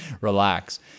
relax